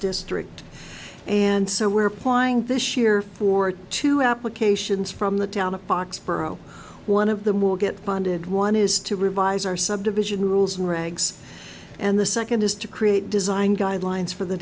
district and so we're applying this year for two applications from the town of foxborough one of the more get funded one is to revise our subdivision rules and regs and the second is to create design guidelines for the